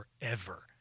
forever